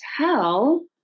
tell